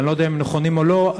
שאני לא יודע אם הם נכונים או לא,